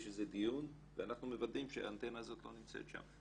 יש איזה דיון ואנחנו מוודאים שהאנטנה הזאת לא נמצאת שם.